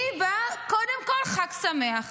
היא באה, קודם כול, חג שמח.